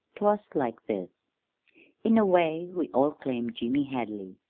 twas like this in a way we all claimed jimmy hadley.